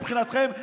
מבחינתכם,